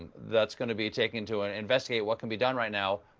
that's going to be taken to and investigate what can be done right now.